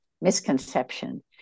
misconception